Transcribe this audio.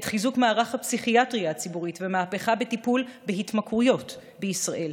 את חיזוק מערך הפסיכיאטריה הציבורית ומהפכה בטיפול בהתמכרויות בישראל.